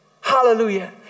Hallelujah